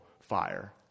fire